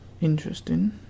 interesting